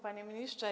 Panie Ministrze!